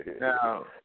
Now